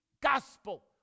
gospel